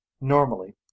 Normally